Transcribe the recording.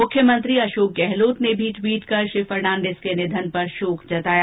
मुख्यमंत्री अशोक गहलोत ने भी टिवट कर श्री फर्नाडिस के निधन पर शोक जताया